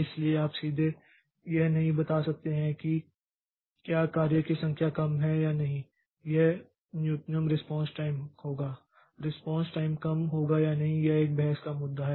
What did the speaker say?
इसलिए आप सीधे यह नहीं बता सकते हैं कि क्या कार्य की संख्या कम है या नहीं यह न्यूनतम रेस्पॉन्स टाइम होगा रेस्पॉन्स टाइम कम होगा या नहीं यह एक बहस का मुद्दा है